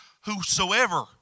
whosoever